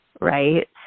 right